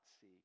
see